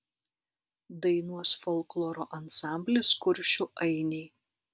dainuos folkloro ansamblis kuršių ainiai